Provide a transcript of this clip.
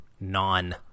non